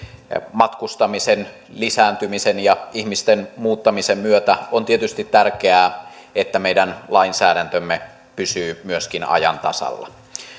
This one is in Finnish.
matkustamisen lisääntymisen ja ihmisten muuttamisen myötä on tietysti tärkeää että meidän lainsäädäntömme pysyy myöskin ajan tasalla